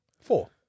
Four